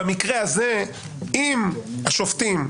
במקרה הזה אם השופטים,